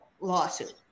lawsuit